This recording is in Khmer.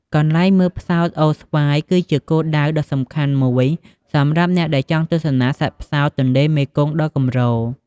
កន្លែងមើលផ្សោតអូរស្វាយ គឺជាគោលដៅដ៏សំខាន់មួយសម្រាប់អ្នកដែលចង់ទស្សនាសត្វផ្សោតទន្លេមេគង្គដ៏កម្រ។